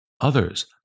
Others